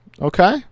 Okay